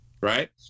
right